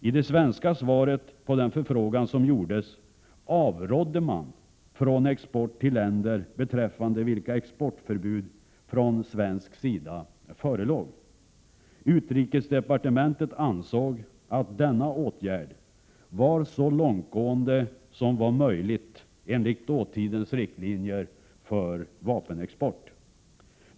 I det svenska svaret på den förfrågan som gjordes avrådde man från export till länder beträffande vilka exportförbud från svensk sida förelåg. Utrikesdepartementet ansåg att denna åtgärd var så långtgående som det var möjligt enligt dåtidens riktlinjer för vapenexport.